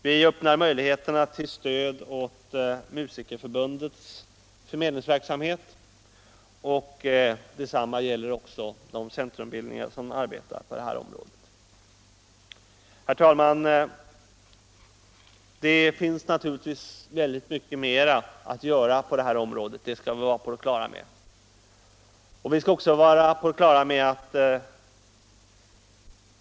Vi öppnar möjligheter till stöd åt Svenska musikerförbundets förmedlingsverksamhet, och detsamma gäller de centrumbildningar som arbetar på detta område. | Herr talman! Det finns naturligtvis mycket mer att göra på arbetsförmedlingsverksamhetens område, det skall vi vara på det klara med.